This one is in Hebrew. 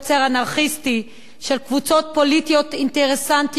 האנרכיסטי של קבוצות פוליטיות אינטרסנטיות,